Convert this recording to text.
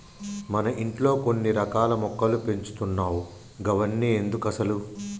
మన ఇంట్లో కొన్ని రకాల మొక్కలు పెంచుతున్నావ్ గవన్ని ఎందుకసలు